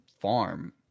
farm